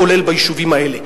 כולל ביישובים האלה,